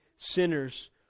Sinners